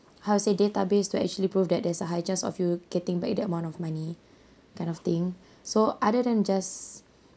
how to say database to actually prove that there's a high chance of you getting back the amount of money kind of thing so other than just